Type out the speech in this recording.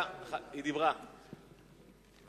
היושב-ראש אתנו בעניין